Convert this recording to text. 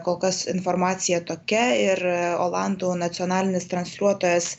kol kas informacija tokia ir olandų nacionalinis transliuotojas